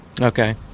Okay